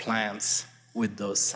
plants with those